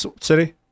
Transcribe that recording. city